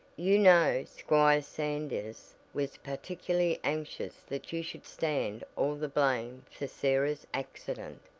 you know squire sanders was particularly anxious that you should stand all the blame for sarah's accident.